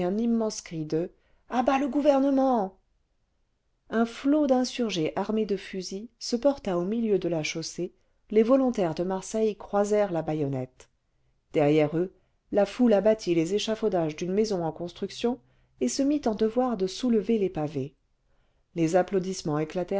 un immense cri de a bas le gouvernement un flot d'insurgés armés de fusils se porta au milieu de la chaussée les volontaires de marseille croisèrent la baïonnette derrière eux la fouie abattit les échafaudages d'une maison en construction et se mit en devoir de soulever les pavés les applaudissements